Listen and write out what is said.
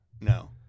No